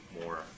more